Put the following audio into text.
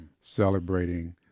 celebrating